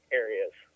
areas